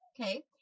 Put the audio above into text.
Okay